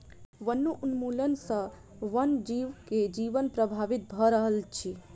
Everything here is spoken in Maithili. वनोन्मूलन सॅ वन जीव के जीवन प्रभावित भ रहल अछि